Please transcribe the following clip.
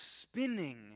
spinning